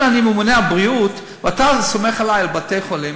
אם אני ממונה על הבריאות ואתה סומך עלי לגבי בתי-חולים,